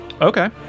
Okay